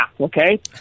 okay